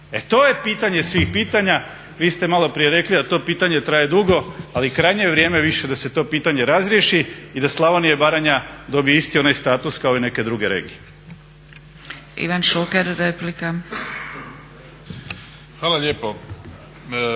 E to je pitanje svih pitanja. Vi ste maloprije rekli a to pitanje traje dugo, ali krajnje je vrijeme više da se to pitanje razriješi i da Slavonija i Baranja dobiju isti onaj status kao i neke druge regije. **Zgrebec, Dragica (SDP)**